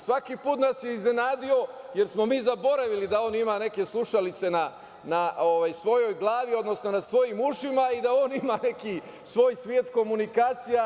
Svaki put nas je iznenadio jer smo mi zaboravili da on ima neke slušalice na svojoj glavi, odnosno na svojim ušima i da on ima neki svoj svet komunikacije.